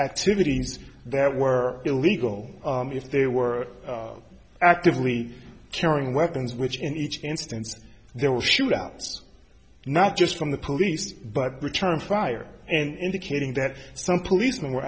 activities that were illegal if they were actively carrying weapons which in each instance they will shoot not just from the police but return fire and indicating that some policemen were